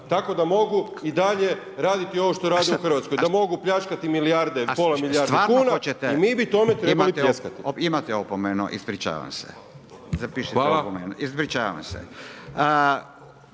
tako da mogu i dalje raditi ovo što rade u Hrvatskoj, da mogu pljačkati milijarde, pola milijarde kuna i mi bi tome trebali pljeskati. **Radin, Furio (Nezavisni)** Imate opomenu.